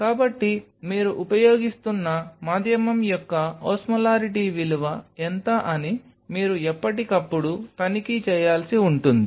కాబట్టి మీరు ఉపయోగిస్తున్న మాధ్యమం యొక్క ఓస్మోలారిటీ విలువ ఎంత అని మీరు ఎప్పటికప్పుడు తనిఖీ చేయాల్సి ఉంటుంది